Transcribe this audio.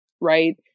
right